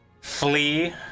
flee